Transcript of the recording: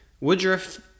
Woodruff